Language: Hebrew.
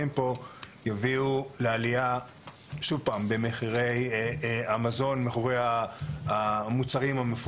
עליו פה יביא לעלייה במחירי המזון המפוקחים